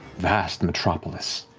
vast metropolis,